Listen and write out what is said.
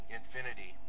infinity